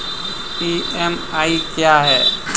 EMI क्या है?